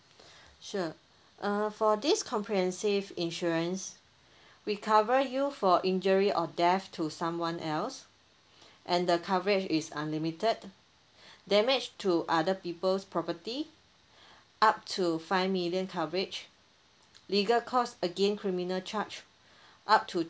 sure err for this comprehensive insurance we cover you for injury or death to someone else and the coverage is unlimited damage to other people's property up to five million coverage legal cost against criminal charge up to